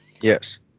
Yes